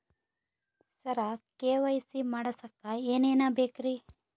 ಸರ KYC ಮಾಡಸಕ್ಕ ಎನೆನ ಬೇಕ್ರಿ?